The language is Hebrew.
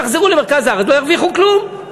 יחזרו למרכז הארץ, לא ירוויחו כלום.